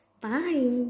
Bye